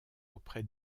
auprès